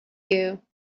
you